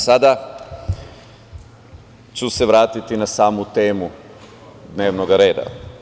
Sada ću se vratiti na samu temu dnevnog reda.